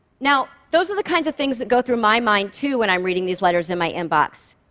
now, those are the kinds of things that go through my mind too, when i'm reading these letters in my inbox.